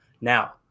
Now